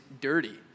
dirty